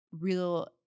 real